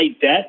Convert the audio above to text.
debt